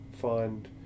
find